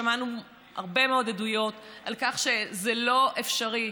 שמענו הרבה מאוד עדויות על כך שזה לא אפשרי,